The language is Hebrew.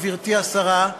גברתי השרה,